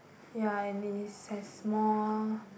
ya and it has more